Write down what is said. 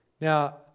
Now